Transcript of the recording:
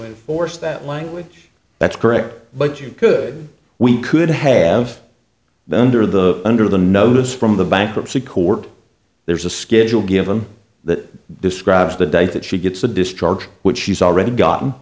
enforce that language that's correct but you could we could have the under the under the notice from the bankruptcy court there is a schedule given that describes the date that she gets a discharge which she's already gotten